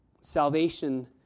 Salvation